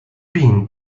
pin